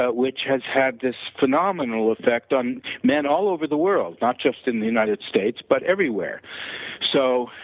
but which has had this phenomenal effect on men all over the world, not just in the united states, but everywhere so,